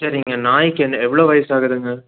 சரிங்க நாயிற்கு என்ன எவ்வளோ வயசு ஆகுதுங்க